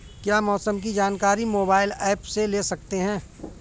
क्या मौसम की जानकारी मोबाइल ऐप से ले सकते हैं?